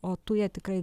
o tuja tikrai